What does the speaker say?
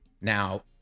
Now